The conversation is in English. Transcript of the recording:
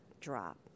drop